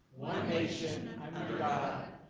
nation and um under god,